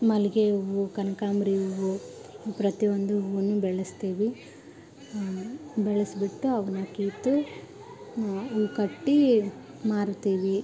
ಮಲ್ಲಿಗೆ ಹೂವು ಕನಕಾಂಬ್ರಿ ಹೂವು ಪ್ರತಿಯೊಂದು ಹೂವು ಬೆಳೇಸ್ತೀವಿ ಬೆಳೆಸ್ಬಿಟ್ಟು ಅವನ್ನ ಕಿತ್ತು ಹೂವು ಕಟ್ಟಿ ಮಾರ್ತೀವಿ